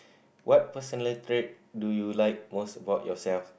what personal trait do you like most about yourself